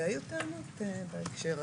והיו טענות בהקשר הזה.